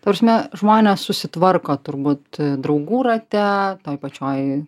ta prasme žmonės susitvarko turbūt draugų rate toj pačioj